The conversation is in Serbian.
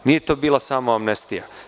Nije to bila samo amnestija.